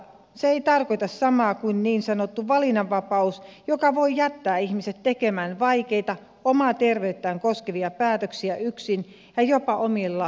se ei tarkoita samaa kuin niin sanottu valinnanvapaus joka voi jättää ihmiset tekemään vaikeita omaa terveyttään koskevia päätöksiä yksin ja jopa omilla rahoillaan